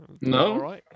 No